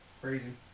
Crazy